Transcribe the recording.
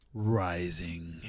Rising